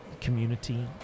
community